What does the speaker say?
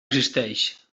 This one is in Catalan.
existeix